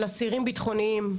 של אסירים ביטחוניים.